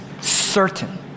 certain